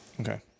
Okay